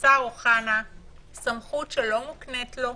השר אוחנה סמכות שלא מוקנית לו,